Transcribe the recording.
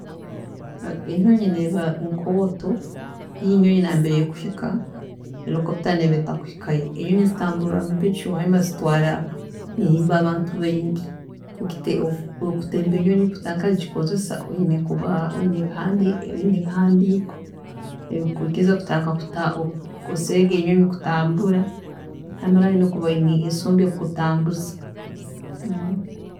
Enyonyi neeba nkooto, iyo eyine nambere ekuhika herikoputa neeba etari kuhikayo. Enyonyi zitamburira mubicu hanyima zitwaara abantu baingi. Okute okuteemba enyonyi kutandika kugikozesa oyine kuba oyine ebihandii oyine ebihandiiko ebikukwiikiriza kutandika kuta kukozesa egi enyonyi kutambura hanyima oyine kuba oyine nensonga eri kukutambuza,